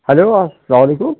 hello سلام وعلیکُم